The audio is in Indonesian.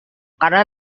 karena